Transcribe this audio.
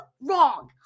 wrong